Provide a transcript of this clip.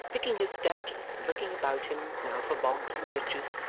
picking his steps, and looking about him, now for bogs and ditches,